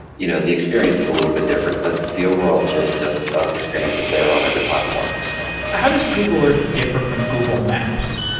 you know the experience is a little bit different, but the overall gist of of experiences there on every platform so how does google earth differ from google maps?